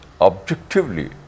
objectively